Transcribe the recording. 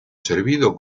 servido